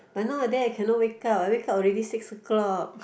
but nowadays I cannot wake up I wake up already six o-clock